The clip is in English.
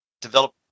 develop